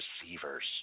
receivers